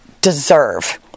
deserve